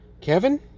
Kevin